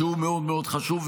שהוא מאוד מאוד חשוב,